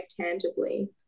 tangibly